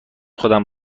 خودم